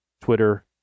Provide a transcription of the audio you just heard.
Twitter